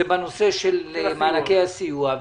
זה בנושא של מענקי הסיוע,